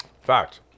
Fact